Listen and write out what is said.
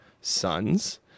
sons